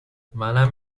منم